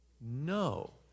No